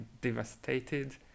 devastated